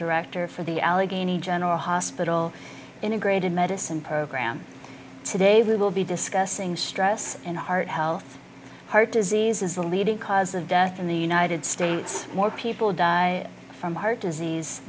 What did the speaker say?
director for the allegheny general hospital integrated medicine program today we will be discussing stress and heart health heart disease is the leading cause of death in the united states more people die from heart disease